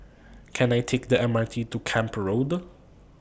Can I Take The MRT to Camp Road